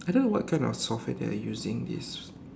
I don't know what kind of software they are using this